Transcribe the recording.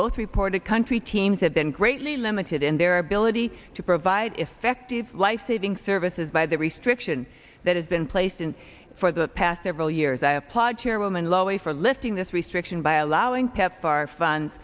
both reported country teams have been greatly limited in their ability to provide effective lifesaving services by the restriction that has been placed in for the past several years i applaud chairwoman lowey for lifting this restriction by allowing pepfar funds